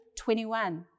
21